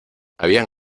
habían